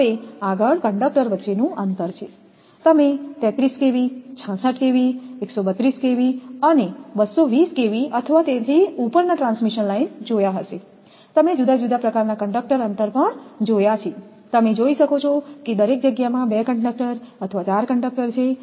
હવે આગળ કંડકટર વચ્ચેનું અંતર છે તમે 33 kV 66 kV 132 kV અને 220 kV અથવા તેથી ઉપરના ટ્રાન્સમિશન લાઇન જોયા છે તમે જુદા જુદા પ્રકારનાં કંડક્ટર અંતર પણ જોયા છે તમે જોઈ શકો છો કે દરેક જગ્યામાં 2 કંડકટર અથવા 4 કંડકટર છે